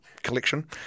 collection